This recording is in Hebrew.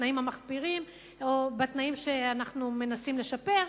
בתנאים המחפירים או בתנאים שאנחנו מנסים לשפר.